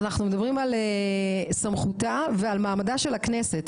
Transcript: אנחנו מדברים על סמכותה ועל מעמדה של הכנסת,